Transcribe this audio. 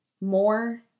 more